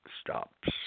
stops